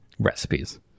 recipes